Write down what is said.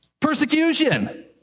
Persecution